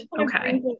Okay